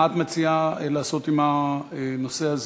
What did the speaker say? מה את מציעה לעשות עם הנושא הזה?